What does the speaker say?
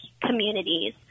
communities